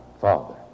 father